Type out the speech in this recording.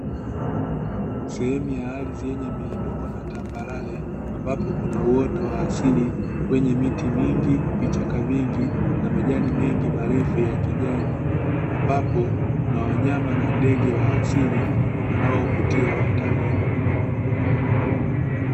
Sehemu ya ardhi yenye miinuko na tambarare ambapo kuna uoto wa asili wenye miti mingi, vichaka vingi na majani mengi marefu ya kijani ambapo kuna wanyama na ndege wa asili wanaovutia watalii.